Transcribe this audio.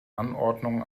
anordnungen